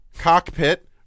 cockpit